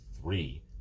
three